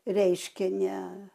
reiškia ne